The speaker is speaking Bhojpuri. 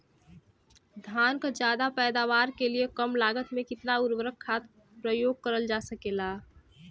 धान क ज्यादा पैदावार के लिए कम लागत में कितना उर्वरक खाद प्रयोग करल जा सकेला?